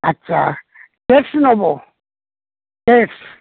আচ্ছা কেডস নেব কেডস